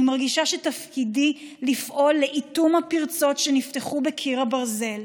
אני מרגישה שתפקידי לפעול לאיטום הפרצות שנפתחו בקיר הברזל,